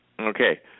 Okay